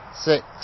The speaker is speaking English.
six